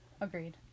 Agreed